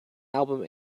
album